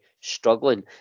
struggling